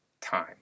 time